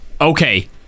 Okay